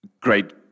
great